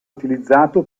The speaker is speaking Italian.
utilizzato